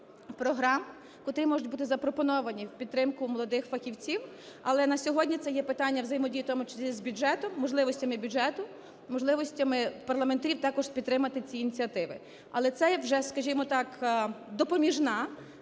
програм, котрі можуть бути запропоновані в підтримку молодих фахівців. Але на сьогодні це є питання взаємодії, в тому числі, з бюджетом, можливостями бюджету, можливостями парламентарів також підтримати ці ініціативи. Але це є вже, скажімо так, допоміжна